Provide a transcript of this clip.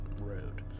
Road